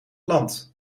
land